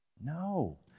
No